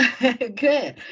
good